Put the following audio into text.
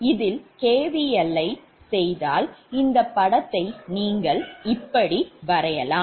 இதில் KVL செய்தால்இந்த படத்தை நீங்கள் இப்படி வரையலாம்